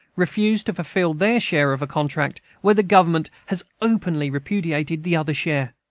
refuse to fulfil their share of a contract where the government has openly repudiated the other share.